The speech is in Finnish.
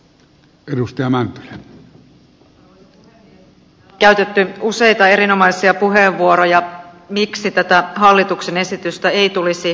täällä on käytetty useita erinomaisia puheenvuoroja miksi tätä hallituksen esitystä ei tulisi hyväksyä